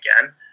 again